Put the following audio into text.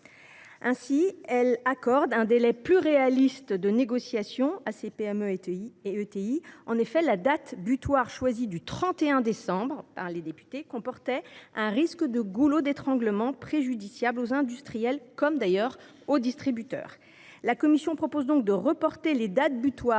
Ainsi, elle accorde un délai plus réaliste de négociation aux PME et ETI. En effet, la date butoir du 31 décembre qui avait été choisie comportait un risque de goulot d’étranglement préjudiciable aux industriels comme aux distributeurs. La commission propose donc de reporter les dates butoirs